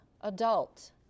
adult